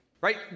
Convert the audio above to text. Right